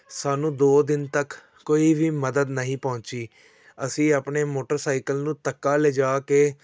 ਸਾਨੂੰ ਦੋ ਦਿਨ ਤੱਕ ਕੋਈ ਵੀ ਮਦਦ ਨਹੀਂ ਪਹੁੰਚੀ ਅਸੀਂ ਆਪਣੇ ਮੋਟਰਸਾਈਕਲ ਨੂੰ ਧੱਕਾ ਲਿਜਾ ਕੇ